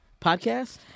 podcast